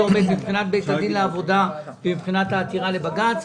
ומבחינת העתירה לבג"ץ.